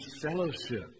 fellowship